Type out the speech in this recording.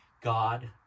God